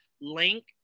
Link